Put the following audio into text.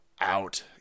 out